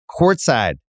courtside